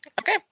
Okay